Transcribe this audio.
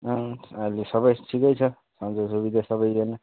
अँ अहिले सबै ठिकै छ सन्चो सुविधा सबैजना